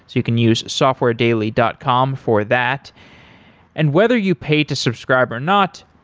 you can use softwaredaily dot com for that and whether you pay to subscribe or not,